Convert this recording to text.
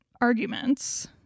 arguments